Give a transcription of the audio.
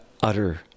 utter